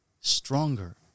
stronger